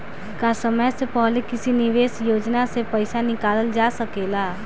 का समय से पहले किसी निवेश योजना से र्पइसा निकालल जा सकेला?